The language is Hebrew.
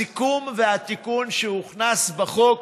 הסיכום והתיקון שהוכנס בחוק